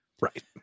Right